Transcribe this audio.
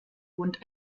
wohnt